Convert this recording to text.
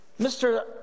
Mr